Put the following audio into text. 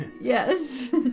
Yes